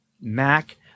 Mac